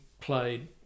played